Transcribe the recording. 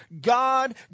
God